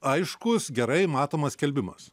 aiškus gerai matomas skelbimas